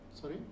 Sorry